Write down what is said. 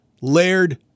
Laird